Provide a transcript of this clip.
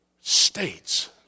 states